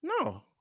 No